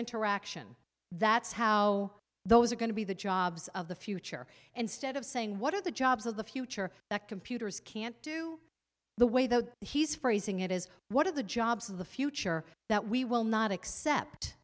interaction that's how those are going to be the jobs of the future and stead of saying what are the jobs of the future that computers can't do the way the he's phrasing it is what are the jobs of the future that we will not accept